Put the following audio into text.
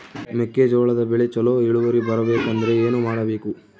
ಮೆಕ್ಕೆಜೋಳದ ಬೆಳೆ ಚೊಲೊ ಇಳುವರಿ ಬರಬೇಕಂದ್ರೆ ಏನು ಮಾಡಬೇಕು?